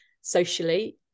socially